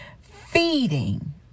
feeding